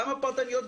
גם הפרטניות,